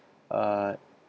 err